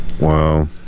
wow